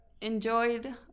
enjoyed